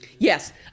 Yes